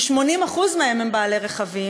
ש-80% מהם הם בעלי רכב,